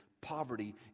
poverty